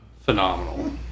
phenomenal